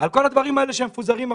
על הדברים האלה שמפוזרים החוצה,